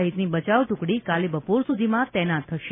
સહિતની બચાવ ટુકડી કાલે બપોર સુધીમાં તૈનાત થશે